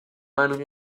meinung